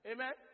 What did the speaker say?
Amen